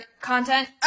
content